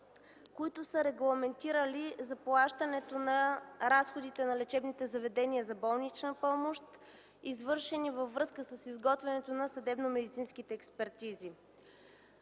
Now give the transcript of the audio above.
които са регламентирали заплащането на разходите на лечебните заведения за болнична помощ, извършени във връзка с изготвянето на съдебномедицинските експертизи.